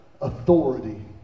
authority